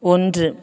ஒன்று